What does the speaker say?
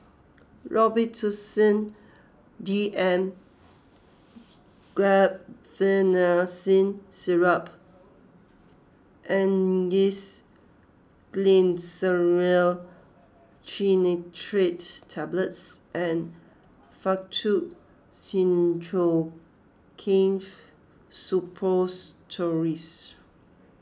Robitussin D M Guaiphenesin Syrup Angised Glyceryl Trinitrate Tablets and Faktu Cinchocaine Suppositories